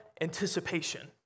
anticipation